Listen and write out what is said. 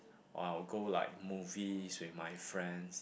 or I'll go like movies with my friends